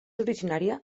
originària